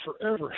forever